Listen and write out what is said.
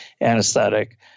anesthetic